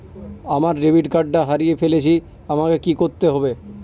আমার ডেবিট কার্ডটা হারিয়ে ফেলেছি আমাকে কি করতে হবে?